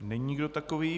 Není nikdo takový.